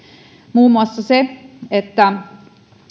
muun muassa se että